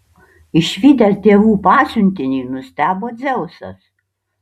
išvydęs dievų pasiuntinį nustebo dzeusas